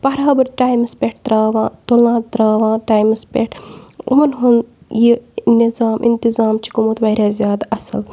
برابر ٹایمَس پٮ۪ٹھ ترٛاوان تُلان ترٛاوان ٹایمَس پٮ۪ٹھ یِمَن ہُنٛد یہِ نِظام اِنتِظام چھُ گوٚمُت واریاہ زیادٕ اَصٕل